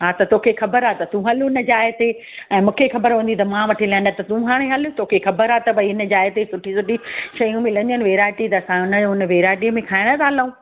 हा त तोखे ख़बर आ त तूं हलु उन जाइ ते ऐं मुंखे ख़बर हूंदी त मां वठी हलां न त तूं हाणे हलु तोखे ख़बर आ त भई हिन जाइ ते सुठी सुठी शयूं मिलंदियूं इन वैराइटी त असां उन उन वैराइटीअ में खाइण ता हलऊं